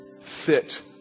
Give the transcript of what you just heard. fit